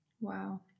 Wow